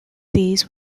these